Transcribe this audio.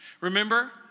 Remember